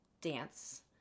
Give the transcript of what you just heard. dance